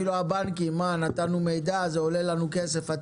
הבנקים יאמרו שהם נתנו מידע והטיפול עולה לנו כסף.